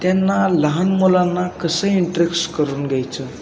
त्यांना लहान मुलांना कसं इंट्रेक्स करून घ्यायचं